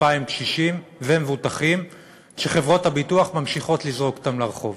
2,000 קשישים ומבוטחים שחברות הביטוח ממשיכות לזרוק אותם לרחוב